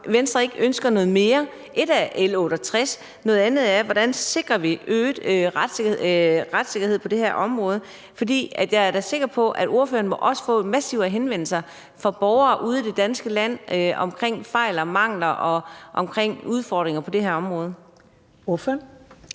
Venstre ikke ønsker noget mere. Et er L 68 B, noget andet er, hvordan vi sikrer øget retssikkerhed på det her område. Jeg er sikker på, at ordføreren da også må få masser af henvendelser fra borgere ude i det danske land vedrørende fejl og mangler og om udfordringer på det her område. Kl.